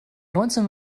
neunzehn